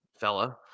fella